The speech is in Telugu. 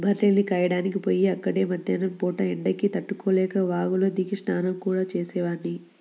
బర్రెల్ని కాయడానికి పొయ్యి అక్కడే మద్దేన్నం పూట ఎండకి తట్టుకోలేక వాగులో దిగి స్నానం గూడా చేసేవాడ్ని